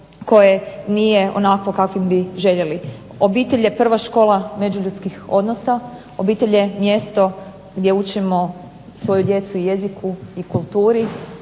koje nije onakvo kakvim bi željeli. Obitelj je prva škola međuljudskih odnosa, obitelj je mjesto gdje učimo svoju djecu jeziku i kulturi,